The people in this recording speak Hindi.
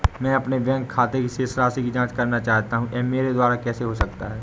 मैं अपने बैंक खाते की शेष राशि की जाँच करना चाहता हूँ यह मेरे द्वारा कैसे हो सकता है?